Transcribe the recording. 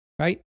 right